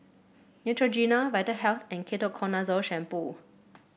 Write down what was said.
Neutrogena Vitahealth and Ketoconazole Shampoo